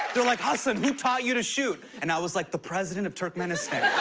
they were like, hasan, who taught you to shoot? and i was like, the president of turkmenistan.